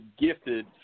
gifted